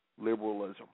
liberalism